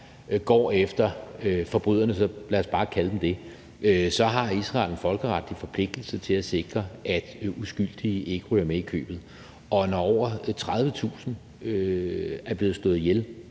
går efter forbryderne – lad os bare kalde dem det – så har Israel en folkeretlig forpligtelse til at sikre, at uskyldige ikke ryger med i købet. Og når over 30.000 er blevet slået ihjel